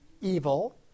evil